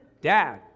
Dad